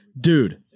Dude